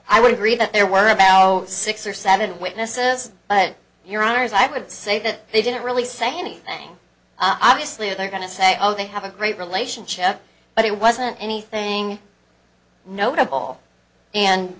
i would agree that there were about six or seven witnesses but your honour's i would say that they didn't really say anything i obviously they're going to say oh they have a great relationship but it wasn't anything notable and